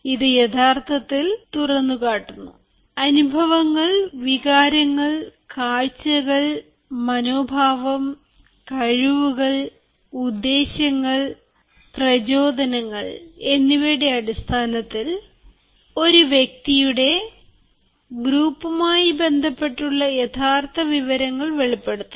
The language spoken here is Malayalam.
ഇത് യഥാർത്ഥത്തിൽ തുറന്നുകാട്ടുന്നു അനുഭവങ്ങൾ വികാരങ്ങൾ കാഴ്ചകൾ മനോഭാവം കഴിവുകൾ ഉദ്ദേശ്യങ്ങൾ പ്രചോദനങ്ങൾ എന്നിവയുടെ അടിസ്ഥാനത്തിൽ ഒരു വ്യക്തിയുടെ ഗ്രൂപ്പുമായി ബന്ധപ്പെട്ടുള്ള യഥാർത്ഥ വിവരങ്ങൾ വെളിപ്പെടുത്തുന്നു